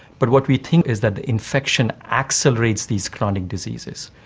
but what we think is that the infection accelerates these chronic diseases.